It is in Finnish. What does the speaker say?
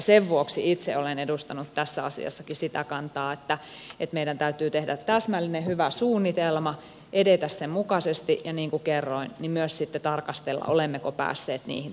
sen vuoksi itse olen edustanut tässäkin asiassa sitä kantaa että meidän täytyy tehdä täsmällinen ja hyvä suunnitelma edetä sen mukaisesti ja niin kuin kerroin myös sitten tarkastella olemmeko päässeet niihin tavoitteisiin